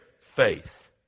faith